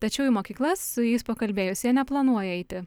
tačiau į mokyklas su jais pakalbėjus jie neplanuoja eiti